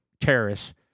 terrorists